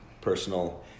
personal